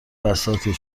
بساطی